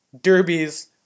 derbies